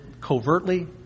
covertly